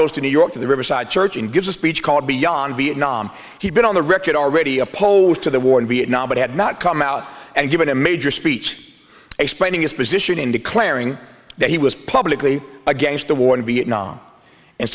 goes to new york to the riverside church and gives a speech called beyond vietnam he's been on the record already opposed to the war in vietnam but had not come out and given a major speech explaining his position in declaring that he was publicly against the war in vietnam and